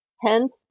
Hence